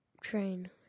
Train